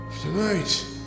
Tonight